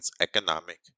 economic